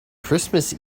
christmas